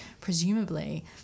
presumably –